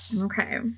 Okay